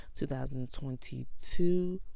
2022